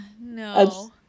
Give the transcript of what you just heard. no